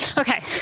Okay